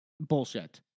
Bullshit